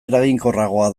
eraginkorragoa